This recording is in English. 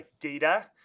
data